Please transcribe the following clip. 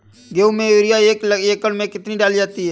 गेहूँ में यूरिया एक एकड़ में कितनी डाली जाती है?